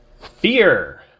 Fear